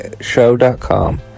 Show.com